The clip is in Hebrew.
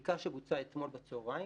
בדיקה שבוצעה אתמול בצוהריים,